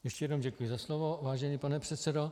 Ještě jednou děkuji za slovo, vážený pane předsedo.